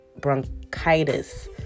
bronchitis